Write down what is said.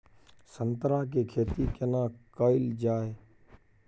संतरा के खेती केना कैल जाय?